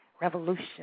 revolution